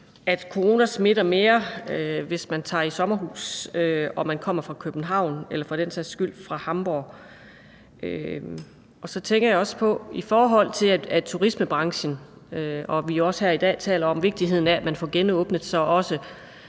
corona smitter mere, hvis man tager i sommerhus og kommer fra København eller for den sags skyld fra Hamborg. Jeg tænker i forhold til turismebranchen, og når vi her i dag taler om vigtigheden af, at man får genåbnet, så også